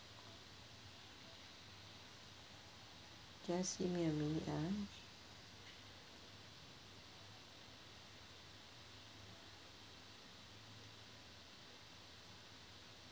just give me a minute ah